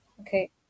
okay